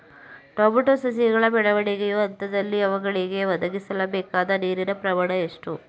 Tomato ಸಸಿಗಳ ಬೆಳವಣಿಗೆಯ ಹಂತದಲ್ಲಿ ಅವುಗಳಿಗೆ ಒದಗಿಸಲುಬೇಕಾದ ನೀರಿನ ಪ್ರಮಾಣ ಎಷ್ಟು?